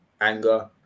anger